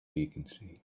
vacancy